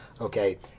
okay